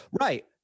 Right